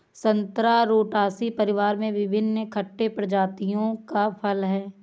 संतरा रुटासी परिवार में विभिन्न खट्टे प्रजातियों का फल है